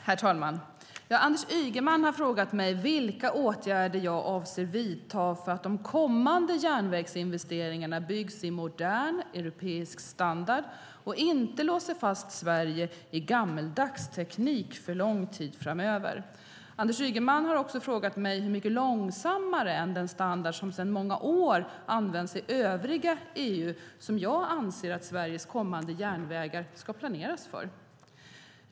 Herr talman! Anders Ygeman har frågat mig vilka åtgärder jag avser att vidta för att de kommande järnvägsinvesteringarna byggs i modern europeisk standard och inte låser fast Sverige i gammaldags teknik för lång tid framöver. Anders Ygeman har också frågat mig hur mycket långsammare än den standard som sedan många år används i övriga EU jag anser att Sveriges kommande järnvägar ska planeras för.